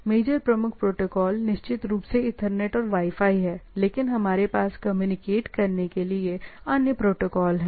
major प्रमुख protocol निश्चित रूप से ईथरनेट और वाई फाई है लेकिन हमारे पास कम्युनिकेट करने के लिए अन्य प्रोटोकॉल हैं